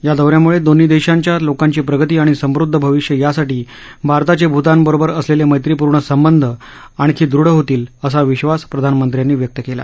या दौऱ्यामुळे दोन्ही देशांच्या लोकांची प्रगती आणि समृध्द भविष्य यासाठी भारताचे भूतानबरोबर असलेले मैत्रिपूर्ण संबंध आणखी दृढ होतील असा विश्वास प्रधानमंत्र्यांनी व्यक्त केला